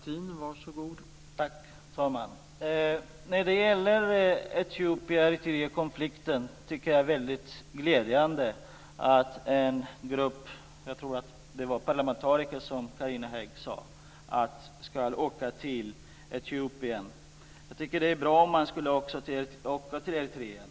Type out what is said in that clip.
Herr talman! När det gäller Etiopien-Eritreakonflikten tycker jag att det är väldigt glädjande att en grupp parlamentariker ska åka till Etiopien. Jag tycker att det vore bra om man också åkte till Eritrea.